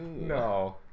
No